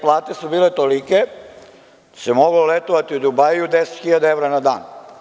Plate su bile tolike da se moglo letovati u Dubaiju 10.000 evra na dan.